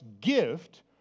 gift